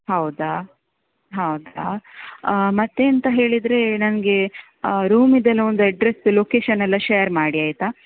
ಹೌದಾ ಹೌದಾ ಮತ್ತೆಂಥ ಹೇಳಿದರೆ ನನಗೆ ರೂಮಿದ್ದೆಲ್ಲ ಒಂದು ಅಡ್ರೆಸ್ ಲೊಕೇಶನ್ ಎಲ್ಲ ಶೇರ್ ಮಾಡಿ ಆಯಿತಾ